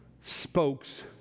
spokes